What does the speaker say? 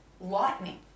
lightning